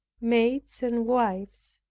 maids and wives,